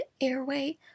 airway